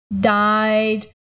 died